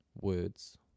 words